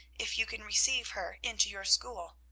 if you can receive her into your school.